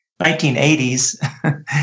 1980s